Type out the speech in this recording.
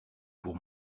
pour